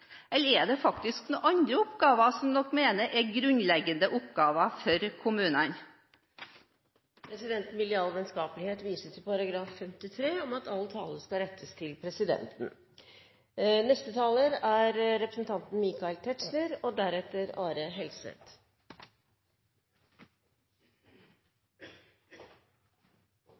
eller er det noen andre oppgaver dere mener er grunnleggende for kommunene? Presidenten vil i all vennskapelighet vise til forretningsordenens § 53, at all tale skal rettes til presidenten.